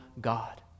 God